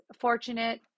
fortunate